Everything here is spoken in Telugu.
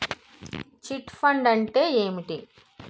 చిట్ ఫండ్ అంటే ఏంటి?